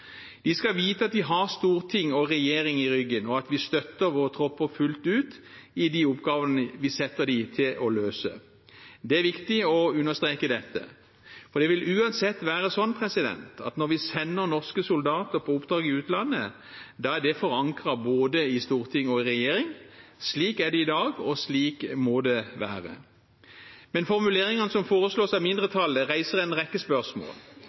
skal vite at de har Stortinget og regjeringen i ryggen, og at vi støtter våre tropper fullt ut i de oppgavene vi setter dem til å løse. Det er viktig å understreke dette. Det vil uansett være sånn at når vi sender norske soldater på oppdrag i utlandet, er det forankret både i Stortinget og i regjeringen. Slik er det i dag, og slik må det være. Formuleringene som foreslås av mindretallet, reiser en rekke spørsmål.